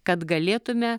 kad galėtume